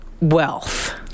wealth